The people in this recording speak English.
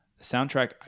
soundtrack